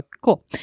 cool